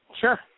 Sure